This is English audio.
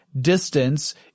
distance